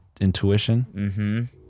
intuition